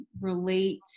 relate